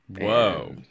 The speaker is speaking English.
Whoa